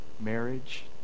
marriage